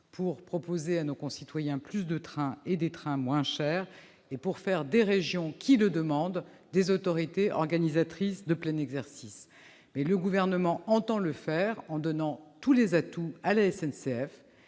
pour proposer à nos concitoyens plus de trains et des trains moins chers et pour faire des régions qui le demandent des autorités organisatrices de plein exercice. Le Gouvernement entend réaliser cette ouverture en donnant tous les atouts à la SNCF